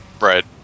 Right